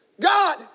God